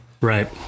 right